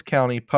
County